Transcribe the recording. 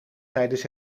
tijdens